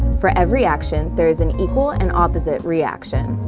for every action, there is an equal and opposite reaction.